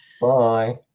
bye